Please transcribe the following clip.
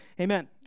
Amen